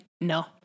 no